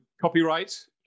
copyright